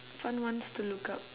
fun ones to look up